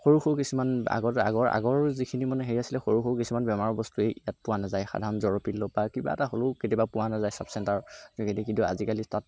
সৰু সৰু কিছুমান আগত আগৰ আগৰ যিখিনি মানে হেৰি আছিলে সৰু সৰু কিছুমান বেমাৰৰ বস্তুৱেই ইয়াত পোৱা নাযায় সাধাৰণ জ্বৰৰ পিলৰ পৰা কিবা এটা হ'লেও কেতিয়াবা পোৱা নাযায় ছাব চেণ্টাৰত কিন্তু আজিকালি তাত